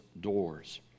doors